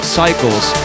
cycles